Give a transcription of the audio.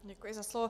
Děkuji za slovo.